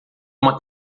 uma